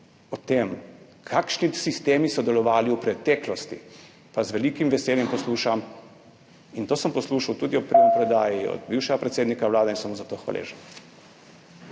o tem, kakšni sistemi so delovali v preteklosti, pa z velikim veseljem poslušam. To sem poslušal tudi ob primopredaji od bivšega predsednika Vlade in sem mu za to hvaležen.